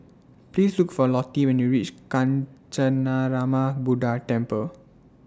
Please Look For Lottie when YOU REACH Kancanarama Buddha Temple